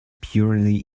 purely